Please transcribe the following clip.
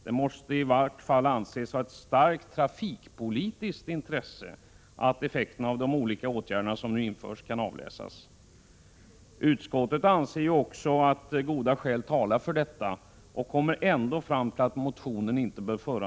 Det måste i varje fall anses vara ett starkt trafikpolitiskt intresse att effekterna av de olika åtgärder som nu införs kan avläsas. Utskottet anser också att goda skäl talar för detta, men kommer ändå fram till att motionen inte bör föranleda någon särskild åtgärd från riksdagens sida. Trots Hans Petterssons förklaringar anser jag detta vara märkligt. Fru talman!